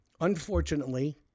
Unfortunately